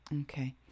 Okay